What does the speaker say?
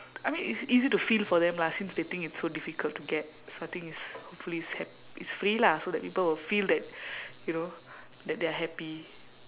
I mean it's easy to feel for them lah since they think it's so difficult to get so I think it's hopefully it's happ~ it's free lah so that people will feel that you know that they are happy